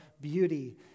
beauty